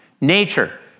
Nature